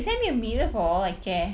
send me a mirror for all I care